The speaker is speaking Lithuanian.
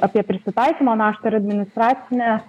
apie prisitaikymo naštą ir administracinę